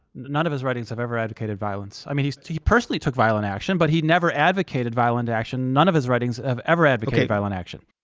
none of his writings have ever advocated violence. i mean, he he personally took violent action, but he never advocated violent action. none of his writings have ever advocated violent action.